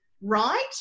right